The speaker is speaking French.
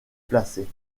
placée